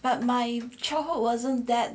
but my childhood wasn't that